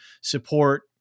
support